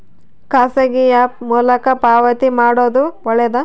ಖಾಸಗಿ ಆ್ಯಪ್ ಮೂಲಕ ಪಾವತಿ ಮಾಡೋದು ಒಳ್ಳೆದಾ?